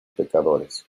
pecadores